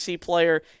player